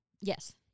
Yes